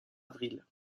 avril